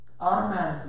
Automatically